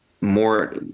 more